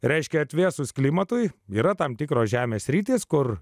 reiškia atvėsus klimatui yra tam tikros žemės sritys kur